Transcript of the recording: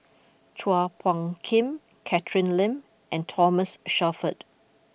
Chua Phung Kim Catherine Lim and Thomas Shelford